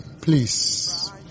Please